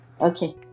okay